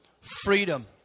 freedom